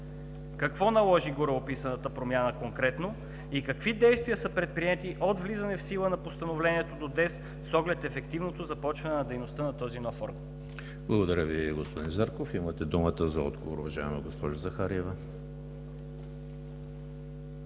какво наложи гореописаната промяна конкретно и какви действия са предприети от влизане в сила на Постановлението до днес с оглед ефективното започване на дейността на този нов орган? ПРЕДСЕДАТЕЛ ЕМИЛ ХРИСТОВ: Благодаря Ви, господин Зарков. Имате думата за отговор, уважаема госпожо Захариева.